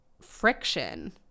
friction